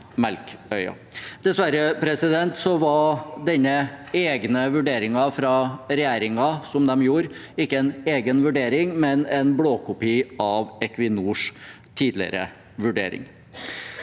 Dessverre var denne egne vurderingen fra regjeringen ikke en egen vurdering, men en blåkopi av Equinors tidligere vurdering.